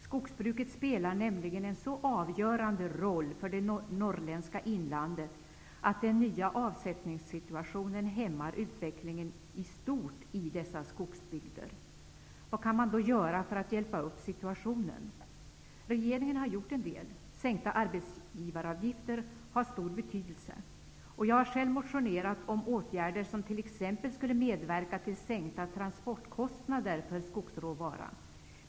Skogsbruket spelar nämligen en så avgörande roll för det norrländska inlandet att den nya avsättningssituationen hämmar utvecklingen i stort i dessa skogsbygder. Regeringen har gjort en del. Sänkta arbetsgivaravgifter har stor betydelse. Jag har själv väckt motioner om åtgärder som t.ex. skulle medverka till sänkta transportkostnader för skogsråvara.